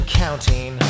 counting